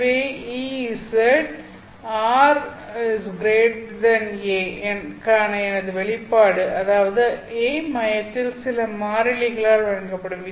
எனவே Ez r a க்கான எனது வெளிப்பாடு அதாவது a மையத்தில் சில மாறிலிகளால் வழங்கப்படும்